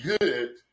good